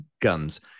guns